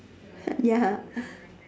ya